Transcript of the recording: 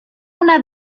una